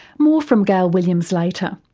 more from gail williams later.